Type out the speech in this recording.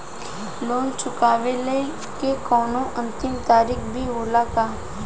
Loan चुकवले के कौनो अंतिम तारीख भी होला का?